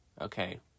Okay